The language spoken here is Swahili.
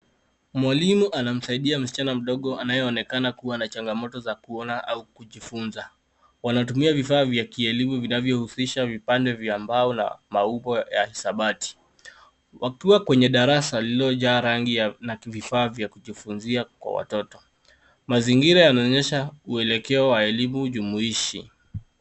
Mwalimu anamsaidia msichana mdogo anayeonekana kuwa na changamoto za kuona au kujifinza wanatumia vifaa vya kielimu vinavyo husisha vipande vya mbao na maumbo ya hisabati wakiwa kwenye darasa lililojaa rangi ya na vifaa vya kujifunza vya watoto mazingira yanaonyesha uelekeo wa elimu jumuishi.